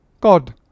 God